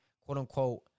quote-unquote